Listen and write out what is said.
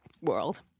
world